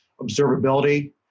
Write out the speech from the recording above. observability